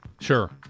Sure